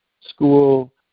school